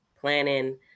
planning